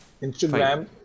Instagram